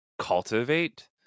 cultivate